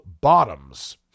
Bottoms